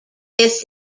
this